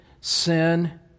sin